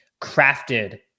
crafted